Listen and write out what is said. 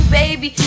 baby